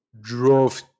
drove